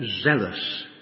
zealous